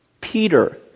Peter